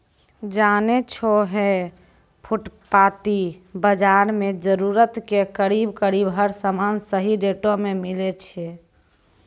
जानै छौ है फुटपाती बाजार मॅ जरूरत के करीब करीब हर सामान सही रेटो मॅ मिलै छै